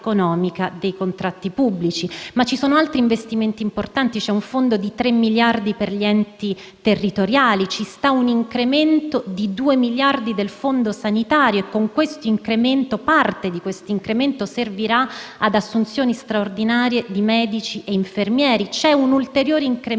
dei contratti pubblici. Vi sono poi altri investimenti importanti: c'è un Fondo di 3 miliardi per gli enti territoriali; c'è un incremento di 2 miliardi del fondo sanitario e parte di questo incremento servirà ad assunzioni straordinarie di medici ed infermieri; c'è un ulteriore incremento,